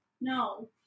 No